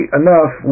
enough